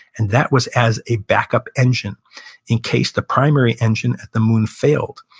and that was as a backup engine in case the primary engine at the moon failed.